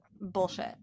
bullshit